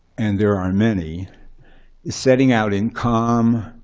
and there are many, is setting out in calm,